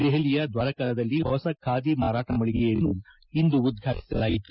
ದೆಹಲಿಯ ದ್ಲಾರಕಾದಲ್ಲಿ ಹೊಸ ಖಾದಿ ಮಾರಾಟ ಮಳಿಗೆಯನ್ನು ಇಂದು ಉದ್ಘಾಟಿಸಲಾಯಿತು